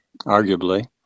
Arguably